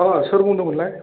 अ सोर बुंदोंमोनलाय